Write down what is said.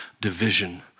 division